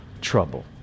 trouble